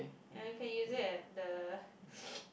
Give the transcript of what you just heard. ya you can use it at the